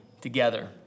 together